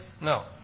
No